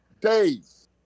days